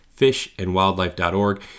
fishandwildlife.org